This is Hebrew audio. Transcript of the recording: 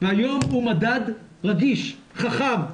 והיום הוא מדד רגיש, חכם,